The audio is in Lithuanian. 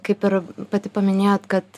kaip ir pati paminėjot kad